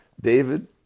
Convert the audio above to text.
David